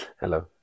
Hello